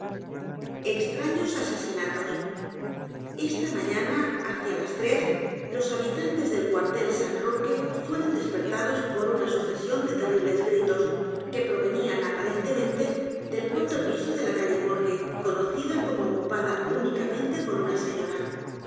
ñ a n a hacia las tres los habitantes del cuartel san roque fueron d e s pertados por una sucesión de terribles gritos que provenían aparentemente del cuarto piso de la calle morgue los crímenes de la calle morgue conocida como ocupada únicamente por una señora